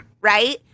right